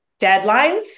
deadlines